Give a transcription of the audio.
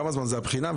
כמה זמן תהיה הבחינה?